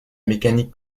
mécanique